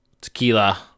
tequila